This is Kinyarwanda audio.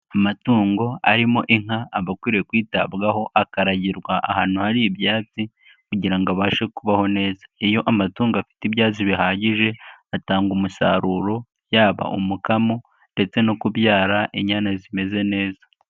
Amatungo arimo inka aba akwiriye kwitabwaho akaragirwa ahantu hari ibyatsi kugira ngo abashe kubaho neza, iyo amatungo afite ibyatsi bihagije atanga umusaruro yaba umukamo ndetse no kubyara inyana iza imeze neza.